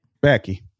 Becky